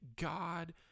God